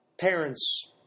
parents